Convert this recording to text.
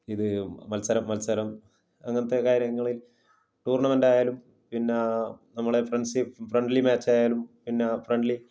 ഇത് മത്സരം മത്സരം അങ്ങനത്തെ കാര്യങ്ങൾ ടൂര്ണമെൻടായാലും പിന്നെ നമ്മുടെ ഫ്രണ്ട്സ് ഫ്രണ്ട്ലി മാച്ചയാലും പിന്നെ ഫ്രണ്ട്ലി